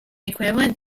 equivalent